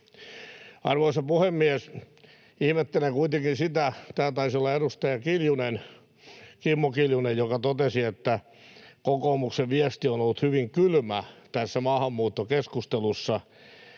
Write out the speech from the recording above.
Arvoisa puhemies! Taisi olla edustaja Kimmo Kiljunen, joka täällä totesi, että kokoomuksen viesti on ollut hyvin kylmä tässä maahanmuuttokeskustelussa.